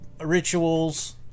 rituals